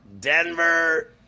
Denver